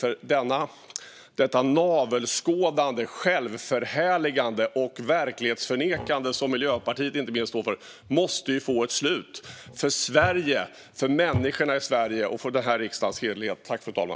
För detta navelskådande, självförhärligande och verklighetsförnekande som inte minst Miljöpartiet står för måste få ett slut för Sveriges, för människorna i Sveriges och för riksdagens hederlighets skull.